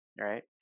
right